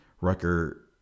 Rucker